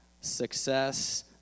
Success